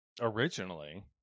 originally